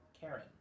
Karen